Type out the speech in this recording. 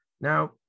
Now